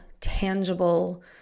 tangible